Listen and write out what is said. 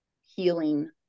healing